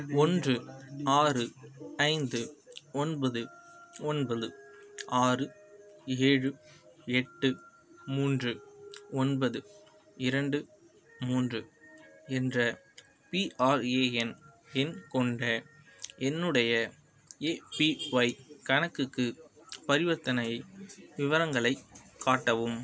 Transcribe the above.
ஒன்று ஆறு ஐந்து ஒன்பது ஒன்பது ஆறு ஏழு எட்டு மூன்று ஒன்பது இரண்டு மூன்று என்ற பிஆர்ஏஎன் எண் கொண்ட என்னுடைய ஏபிஒய் கணக்குக்கு பரிவர்த்தனை விவரங்களைக் காட்டவும்